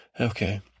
okay